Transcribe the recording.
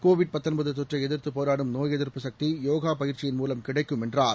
Covid தொற்றை எதிர்த்துப் போராடும் நோய் எதிர்ப்பு சக்தி போகா பயிற்சியின் மூலம் கிடைக்கும் என்றார்